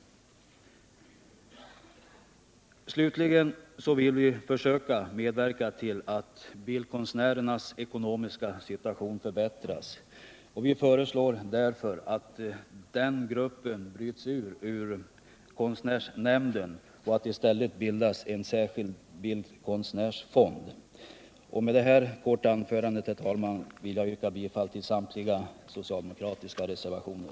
Slutligen vill vi försöka medverka till att bildkonstnärernas ekonomiska situation förbättras. Vi föreslår därför att den gruppen bryts ut ur konstnärsnämnden och att det i stället bildas en särskild bildkonstnärsfond. Med detta korta anförande, herr talman, vill jag yrka bifall till samtliga socialdemokratiska reservationer.